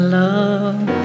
love